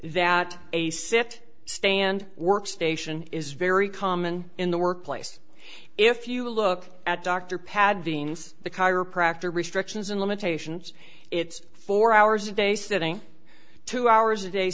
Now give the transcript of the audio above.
that a sit stand workstation is very common in the workplace if you look at dr pad viens the chiropractor restrictions and limitations it's four hours a day sitting two hours a day